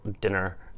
dinner